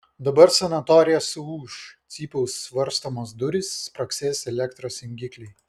dabar sanatorija suūš cypaus varstomos durys spragsės elektros jungikliai